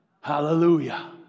Hallelujah